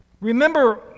remember